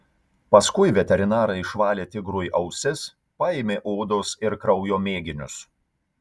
paskui veterinarai išvalė tigrui ausis paėmė odos ir kraujo mėginius